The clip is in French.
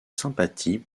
sympathie